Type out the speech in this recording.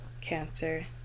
cancer